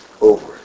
over